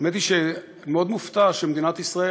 האמת היא שאני מאוד מופתע שמדינת ישראל,